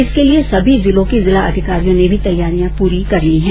इसके लिये सभी जिले के जिला अधिकारियों ने तैयारियां पूरी कर ली है